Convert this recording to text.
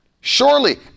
Surely